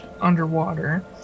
underwater